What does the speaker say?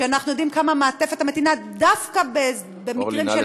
ואנחנו יודעים כמה המעטפת המתאימה דווקא במקרים של ילדים,